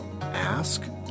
ask